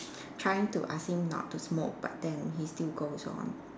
trying to ask him not to smoke but then he still goes on